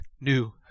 New